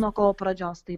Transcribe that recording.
nuo kovo pradžios tai